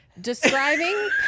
Describing